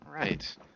Right